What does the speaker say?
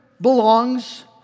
belongs